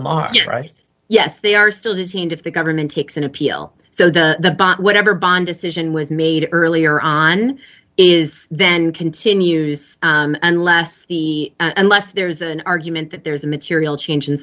them are right yes they are still detained if the government takes an appeal so the bot whatever bond decision was made earlier on is then continues unless the unless there's an argument that there's a material chang